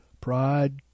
pride